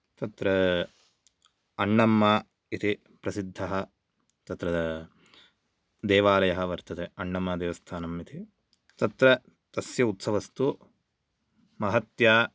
तत्र अण्णम्मा इति प्रसिद्ध तत्र देवालयः वर्तते अण्णम्मा देवस्थानम् इति तत्र तस्य उत्सवस्तु महत्या